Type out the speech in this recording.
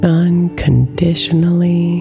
unconditionally